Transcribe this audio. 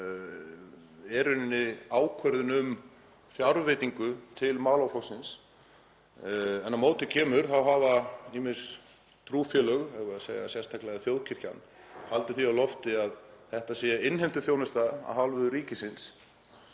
rauninni ákvörðun um fjárveitingu til málaflokksins. Á móti kemur að ýmis trúfélög, eigum við að segja sérstaklega þjóðkirkjan, hafa haldið því á lofti að þetta sé innheimtuþjónusta af hálfu ríkisins.